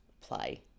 play